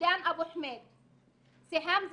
ג'דן אבו חנין, סיהם זבארקה,